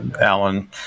Alan